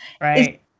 right